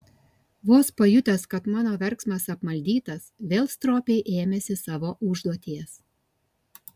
vos pajutęs kad mano verksmas apmaldytas vėl stropiai ėmėsi savo užduoties